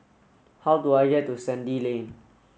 how do I get to Sandy Lane